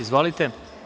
Izvolite.